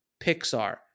Pixar